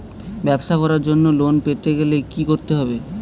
ব্যবসা করার জন্য লোন পেতে গেলে কি কি করতে হবে?